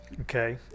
okay